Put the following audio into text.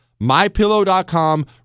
MyPillow.com